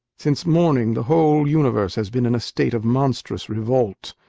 since morning, the whole universe has been in a state of monstrous revolt.